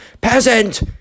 Peasant